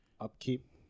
upkeep